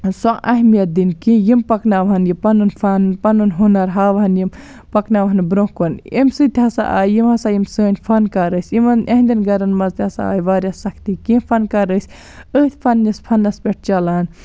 سۄ اہمیت دِنۍ کہِ یِم پَکناوہَن یہِ پَنُن فَن پَنُن ہُنَر ہاوہَن یِم پَکناوہَن برونٛہہ کُن امہ سۭتۍ ہَسا آیہِ یِم ہَسا یِم سٲنٛۍ فَنکار ٲسۍ یِمَن یہنٛدٮ۪ن گَرَن مَنٛز تہِ ہَسا آے واریاہ سَختی کینٛہہ فَنکار ٲسۍ أتھۍ پَننِس فَنَس پٮ۪ٹھ چَلان